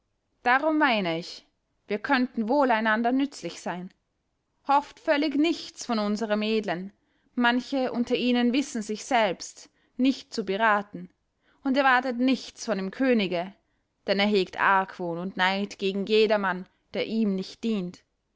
darum meine ich wir könnten wohl einander nützlich sein hofft völlig nichts von unseren edlen manche unter ihnen wissen sich selbst nicht zu beraten und erwartet nichts von dem könige denn er hegt argwohn und neid gegen jedermann der ihm nicht dient